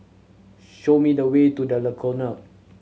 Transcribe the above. show me the way to The Colonnade